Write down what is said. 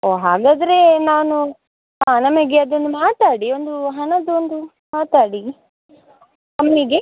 ಓ ಹಾಗಾದರೆ ನಾನು ಹಾಂ ನಮಗೆ ಅದೊಂದು ಮಾತಾಡಿ ಒಂದು ಹಣದ್ದೊಂದು ಮಾತಾಡಿ ಕಮ್ಮಿಗೆ